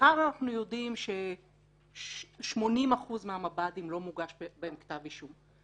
מאחר שאנחנו יודעים שב-80% מהמב"דים לא מוגש כתב אישום,